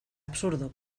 absurdo